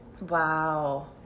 Wow